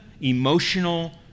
emotional